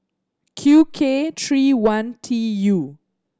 Q K three one T U